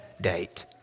date